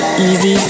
Easy